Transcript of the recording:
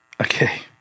Okay